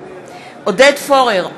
עודד פורר,